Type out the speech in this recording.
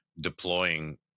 deploying